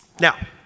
Now